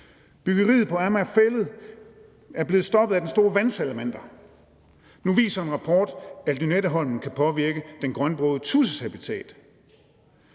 Byggeriet på Amager Fælled er blevet stoppet af den store vandsalamander. Nu viser en rapport, at Lynetteholmen kan påvirke den grønbrogede tudses habitat.